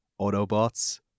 Autobots